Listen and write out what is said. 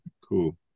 cool